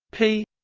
p